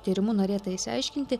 tyrimu norėta išsiaiškinti